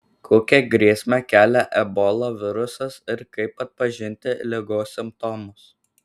kokią grėsmę kelia ebola virusas ir kaip atpažinti ligos simptomus